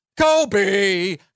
Kobe